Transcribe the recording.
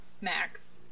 max